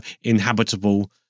inhabitable